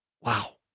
wow